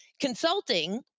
consulting